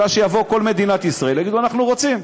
משום שיבואו מכל מדינת ישראל ויגידו: אנחנו רוצים.